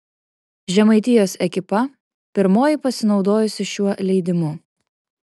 žemaitijos ekipa pirmoji pasinaudojusi šiuo leidimu